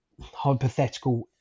hypothetical